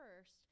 first